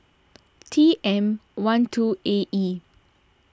T M one two A E